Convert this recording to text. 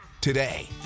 today